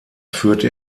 führte